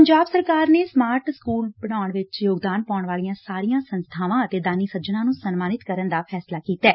ਪੰਜਾਬ ਸਰਕਾਰ ਨੇ smart school ਬਨਾਉਣ ਵਿਚ ਯੋਗਦਾਨ ਪਾਉਣ ਵਾਲੀਆਂ ਸਾਰੀਆਂ ਸੰਸਬਾਵਾਂ ਅਤੇ ਦਾਨੀ ਸੱਜਣਾਂ ਨੰ ਸਨਮਾਨਿਤ ਕਰਨ ਦਾ ਫੈਸਲਾ ਕੀਤੈ